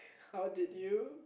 how did you